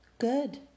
good